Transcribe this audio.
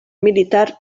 militar